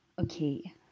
okay